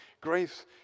grace